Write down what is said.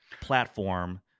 platform